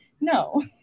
no